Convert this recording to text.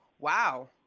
Wow